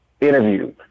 interview